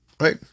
Right